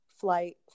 flight